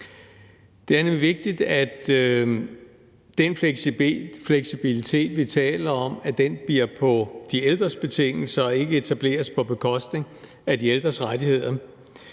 nemlig vigtigt, at den fleksibilitet, vi taler om, bliver på de ældres betingelser og ikke etableres på bekostning af de ældres rettigheder.